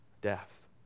death